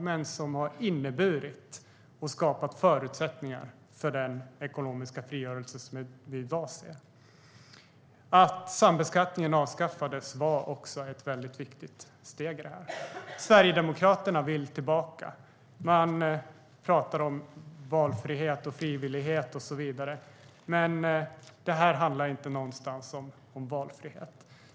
Men det har inneburit och skapat förutsättningar för den ekonomiska frigörelse som vi i dag ser. Avskaffandet av sambeskattningen var också ett viktigt steg i detta. Sverigedemokraterna vill tillbaka. Ni talar om valfrihet, frivillighet och så vidare. Men det här handlar inte någonstans om valfrihet.